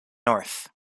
north